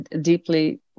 deeply